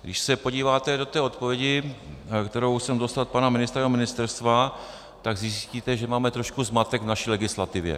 Když se podíváte do té odpovědi, kterou jsem dostal od pana ministra a jeho ministerstva, tak zjistíte, že máme trošku zmatek v naší legislativě.